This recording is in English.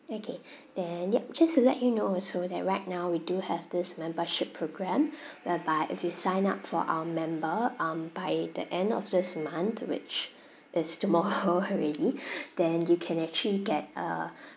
okay then yup just to let you know also that right now we do have this membership programme whereby if you sign up for our member um by the end of this month which is tomorrow already then you can actually get a